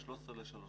מ-13 לשלושה.